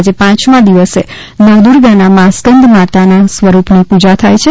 આજે પાંચમા દિવસે નવદુર્ગાના મા સ્કંધમાતા સ્વરૂપની પૂજા થાય છે